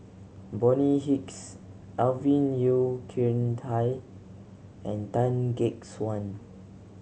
Bonny Hicks Alvin Yeo Khirn Hai and Tan Gek Suan